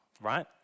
right